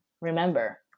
remember